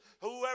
Whoever